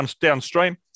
downstream